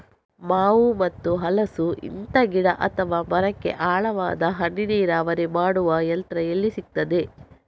ಮಾವು ಮತ್ತು ಹಲಸು, ಇಂತ ಗಿಡ ಅಥವಾ ಮರಕ್ಕೆ ಆಳವಾದ ಹನಿ ನೀರಾವರಿ ಮಾಡುವ ಯಂತ್ರ ಎಲ್ಲಿ ಸಿಕ್ತದೆ?